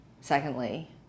Secondly